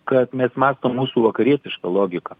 kad mes mąstom mūsų vakarietiška logika